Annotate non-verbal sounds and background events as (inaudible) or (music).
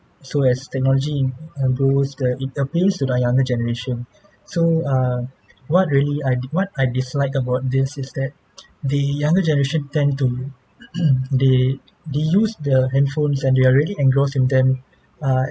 so as technology uh grows the it appeals to the younger generation so uh what really I did what I dislike about this is that the younger generation tend to (noise) they they use the handphones and they are really engrossed in them err